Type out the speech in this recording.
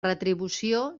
retribució